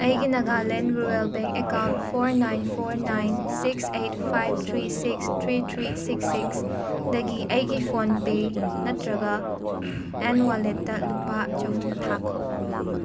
ꯑꯩꯒꯤ Nagaland rural bank account four nine four nine six eight five three six three three six six ꯗꯒꯤ ꯑꯩꯒꯤ PhonePe ꯅꯠꯇ꯭ꯔꯒ ꯑꯦꯟ ꯋꯥꯂꯦꯠꯇ ꯂꯨꯄꯥ ꯆꯍꯨꯝ ꯊꯥꯈꯣ